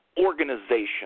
organization